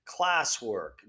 classwork